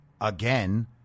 again